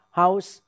house